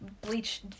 bleach